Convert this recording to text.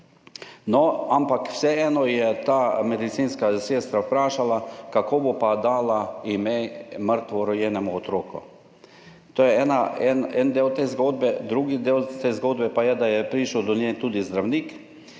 ampak vseeno je ta medicinska sestra vprašala, kako bo pa dala ime mrtvorojenemu otroku. To je en del te zgodbe. Drugi del te zgodbe pa je, da je prišel do nje tudi zdravnik